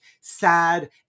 sad